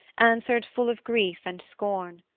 answered full of grief and scorn.